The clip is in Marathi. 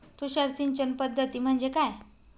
तुषार सिंचन पद्धती म्हणजे काय?